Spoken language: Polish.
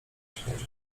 śmiać